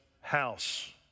house